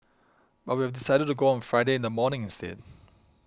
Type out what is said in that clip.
but we have decided to go on Friday in the morning instead